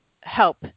help